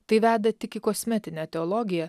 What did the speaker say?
tai veda tik į kosmetinę teologiją